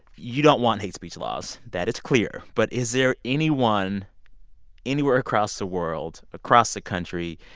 you don't want hate speech laws. that is clear. but is there any one anywhere across the world, across the country,